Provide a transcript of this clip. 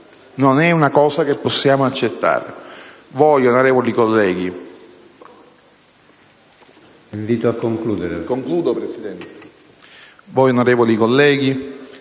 non è una cosa che possiamo accettare. Voi, onorevoli colleghi,